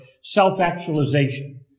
self-actualization